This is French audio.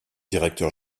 directeur